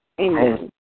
Amen